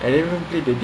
wasted wasted